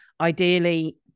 Ideally